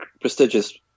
prestigious